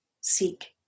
seek